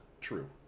true